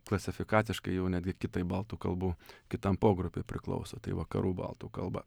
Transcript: klasifikaciškai jau ne tik kitai baltų kalbų kitam pogrupiui priklauso tai vakarų baltų kalba